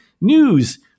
news